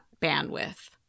bandwidth